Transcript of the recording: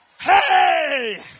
Hey